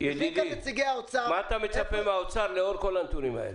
יושבים כאן נציגי האוצר --- מה אתה מצפה מהאוצר לאור כל הנתונים האלה?